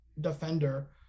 defender